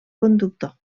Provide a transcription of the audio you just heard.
conductor